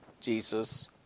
Jesus